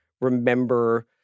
remember